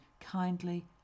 kindly